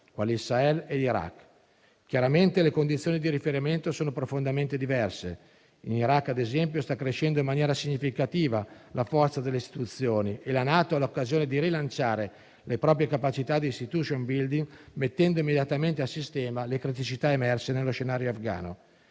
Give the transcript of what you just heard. quali il Sahel e l'Iraq. Chiaramente le condizioni di riferimento sono profondamente diverse: in Iraq - ad esempio - sta crescendo in maniera significativa la forza delle istituzioni e la NATO ha l'occasione di rilanciare le proprie capacità di *institution building*, mettendo immediatamente a sistema le criticità emerse nello scenario afghano.